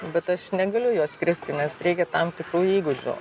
bet aš negaliu juo skristi nes reikia tam tikrų įgūdžių